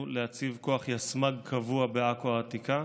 להציב כוח יסמ"ג קבוע בעכו העתיקה.